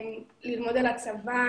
הוא אפשר לי ללמוד על הצבא,